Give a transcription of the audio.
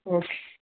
okay